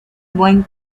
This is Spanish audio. buen